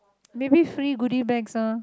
maybe free goodie bags ah